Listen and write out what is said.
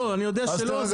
אני יודע שלא,